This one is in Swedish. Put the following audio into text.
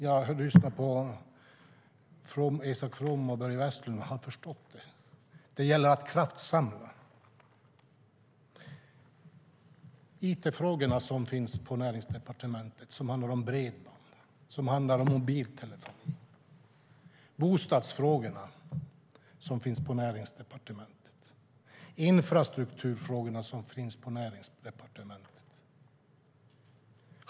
Jag har lyssnat på Isak From och Börje Vestlund. De har förstått. Det gäller att kraftsamla. It-frågorna finns på Näringsdepartementet. De handlar om bredband och mobiltelefoni. Bostadsfrågorna finns på Näringsdepartementet. Infrastrukturfrågorna finns på Näringsdepartementet.